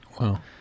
Wow